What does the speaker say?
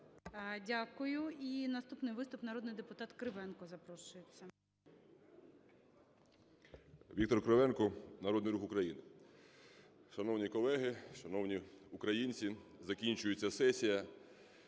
Дякую. І наступний виступ. Народний депутат Кривенко запрошується. 11:56:57 КРИВЕНКО В.М. Віктор Кривенко, Народний Рух України. Шановні колеги, шановні українці, закінчується сесія,